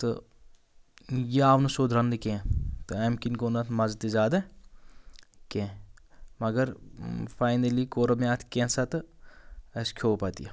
تہٕ یہِ آو نہٕ سیوٚد رَننہٕ کینٛہہ تہٕ اَمہِ کِنۍ گوٚو نہٕ اَتھ مَزٕ تہِ زیادٕ کینٛہہ مگر فَینٔلی کوٚر مےٚ اَتھ کینٛہہ ژاہ تہٕ اَسِہ کھیٚو پَتہٕ یہِ